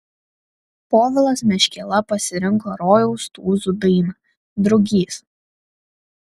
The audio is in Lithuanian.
povilas meškėla pasirinko rojaus tūzų dainą drugys